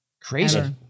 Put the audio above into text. Crazy